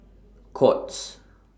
Courts